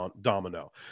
domino